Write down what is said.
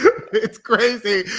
it's crazy,